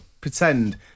pretend